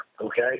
Okay